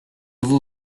vous